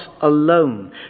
alone